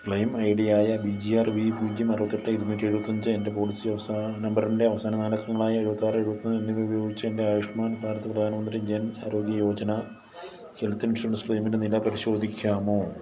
claim ഐഡിയായ B G R V പൂജ്യം അറുപത്തി എട്ട് ഇരുനൂറ്റി എഴുപത്തി അഞ്ച് എൻ്റെ പോളിസി അവസാന നമ്പറിൻ്റെ അവസാന നാല് അക്കങ്ങളായ എഴുപത്തി ആറ് എഴുപത്തി ഒന്ന് എന്നിവ ഉപയോഗിച്ചു എൻ്റെ ആയുഷ്മാൻ ഭാരത് പ്രധാനമന്ത്രി ജൻ ആരോഗ്യ യോജന ഹെൽത്ത് ഇൻഷുറൻസ് ക്ലെയിമിൻ്റെ നില പരിശോധിക്കാമോ